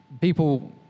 people